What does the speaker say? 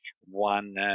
one